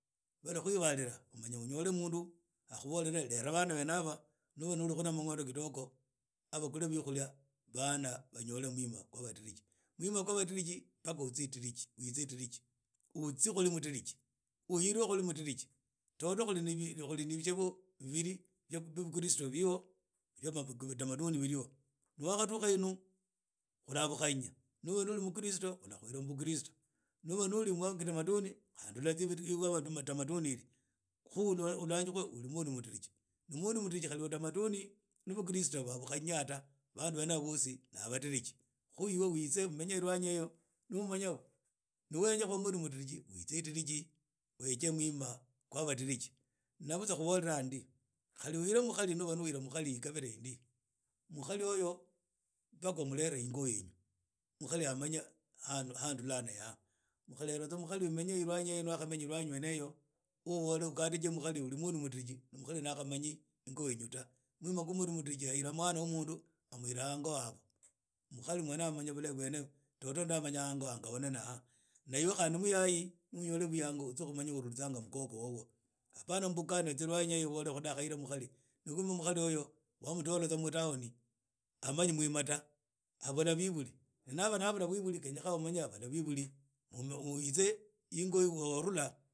Balakhwibalila manya unyole mundu akhubole lela bana bane aba ni uba uli na mangondo kidogo abakhule biukhulia bana banyole mwima lhwa badiriji mwima khwa badiriji pala witse idiriji utsie khuli mudiriji uhulwe khuli mudiriji toto lhuli na bishebo bibili bya bukristo bili ho bya bitamaduni biri ho ni wakhadukha inu urhahabulhanya ni uba uli mkristo ula tsya mubuksrito ni uba wnya butamadunu ultsya khu ulanjwe uli mudiriji na mundu mudiriji wa kitamaduni na bakristayo babukhanya ta bandu aba bosi ni abadiriji khu ibe utsi umenye ilwanyi eyo ni umanyi ni wenya khuba mundu mudiriji witse mu mwima khwa badiriji na butsa khubolela ndi khali uhile mkhali nuba uhile mkhari mu yi khabire indi mukhari oyo umelere ingo mukhari amanye ha urhula ni yaha utarhela tsa mukhari umwnye ilwanyi yene iyi uu ubole ukabe tsa mukhari ni uli mundu mudiriji khali amanyi wenyu ta mundu mudiriji na anyola mkhari amulerha hango aboamanye bulahi bwne toto ndamanya hango habona muyayi ni uba ni bwiyangu umanye ha warwitsa mokhokho wobo apana mubukhane tsa ilwanyi eyo obole khu ndakhahila mukhali na khumbe mukhali oyo wamutola tsa mu tauni amanyi mwima ta abula biburi na ba abura bibuli khenya umanye abula biburi owitsi ingo wa warhula.